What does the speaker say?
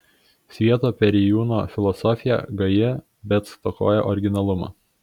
svieto perėjūno filosofija gaji bet stokoja originalumo